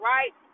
Right